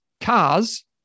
cars